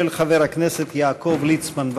של חבר הכנסת יעקב ליצמן.